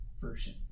version